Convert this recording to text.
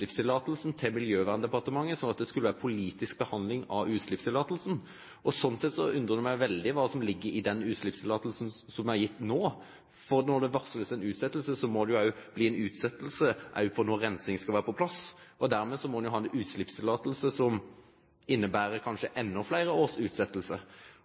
til Miljøverndepartementet, slik at det skulle være politisk behandling av utslippstillatelsen. Så jeg undres veldig over hva som ligger i den utslippstillatelsen som er gitt nå, for når det varsles en utsettelse, må det bli en utsettelse også av tidspunktet for når rensing skal være på plass. Dermed må en jo ha en utslippstillatelse som innebærer kanskje enda flere års utsettelse.